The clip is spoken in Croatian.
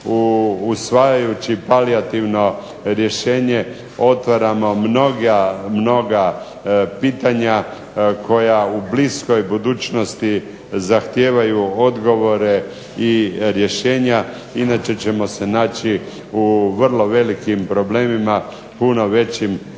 usvajajući palijativno rješenje otvaramo mnoga pitanja koja u bliskoj budućnosti zahtijevaju odgovore i rješenja, inače ćemo se naći u vrlo velikim problemima, puno većim nego